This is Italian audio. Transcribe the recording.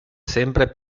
sempre